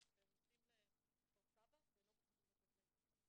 ספר והם נוסעים לכפר סבא והם לא מוכנים לתת להם הסעות.